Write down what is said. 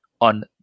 on